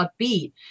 upbeat